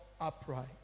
upright